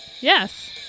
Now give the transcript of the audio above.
Yes